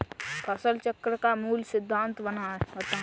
फसल चक्र का मूल सिद्धांत बताएँ?